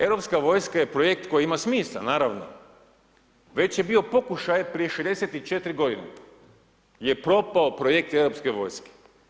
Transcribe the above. Europska vojska je projekt koji ima smisla, naravno već je bio pokušaj prije 64 godine je propao projekt europske vojske.